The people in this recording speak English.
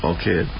Okay